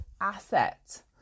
asset